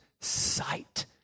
sight